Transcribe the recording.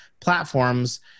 platforms